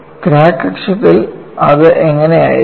crack അക്ഷത്തിൽ അത് എങ്ങനെ ആയിരിക്കും